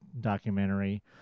documentary